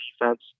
defense